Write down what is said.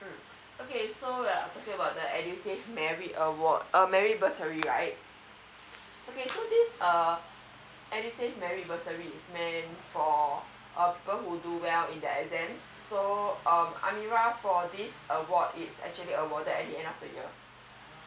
mm okay so uh you're talking about the edusave merit award merit bursary right okay so this edusave merit bursary is meant for people who do well in the exams so um amira for this award it's actually awarded at the end of the year